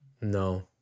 No